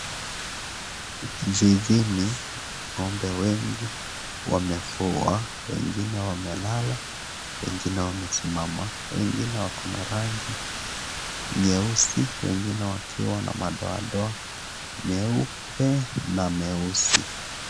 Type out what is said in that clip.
Zizi ng'ombe wengi wamefugwa. Wengine wamelalal, wengine wamesimama. Wengine wako na rangi nyeusi wengine wakiwa na madodoa meupe na meusi.